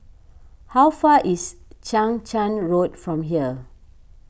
how far is Chang Charn Road from here